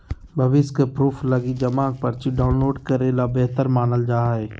भविष्य के प्रूफ लगी जमा पर्ची डाउनलोड करे ल बेहतर मानल जा हय